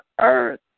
earth